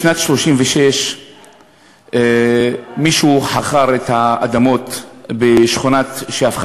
בשנת 1936 מישהו חכר את האדמות בשכונה שהפכה